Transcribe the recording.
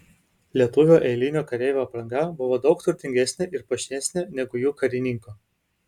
lietuvio eilinio kareivio apranga buvo daug turtingesnė ir puošnesnė negu jų karininko